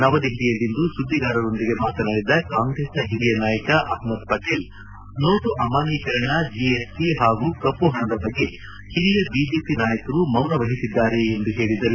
ನವದೆಪಲಿಯಲ್ಲಿಂದು ಸುದ್ದಿಗಾರರೊಂದಿಗೆ ಮಾತನಾಡಿದ ಕಾಂಗ್ರೆಸ್ನ ಹಿರಿಯ ನಾಯಕ ಅಹಮದ್ ಪಟೇಲ್ ನೋಟು ಅಮಾನ್ಯೀಕರಣ ಜಿಎಸ್ಟಿ ಹಾಗೂ ಕಪ್ಪು ಪಣದ ಬಗ್ಗೆ ಹಿರಿಯ ಬಿಜೆಪಿ ನಾಯಕರು ಮೌನ ವಹಿಸಿದ್ದಾರೆ ಎಂದು ಹೇಳಿದರು